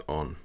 on